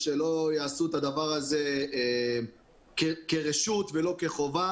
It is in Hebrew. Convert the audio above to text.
שלא יעשו את הדבר הזה כרשות ולא כחובה